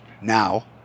now